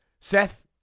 Seth